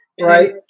right